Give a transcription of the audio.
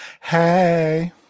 hey